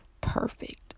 perfect